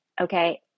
okay